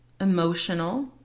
emotional